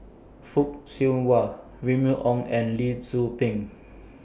Fock Siew Wah Remy Ong and Lee Tzu Pheng